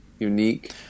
unique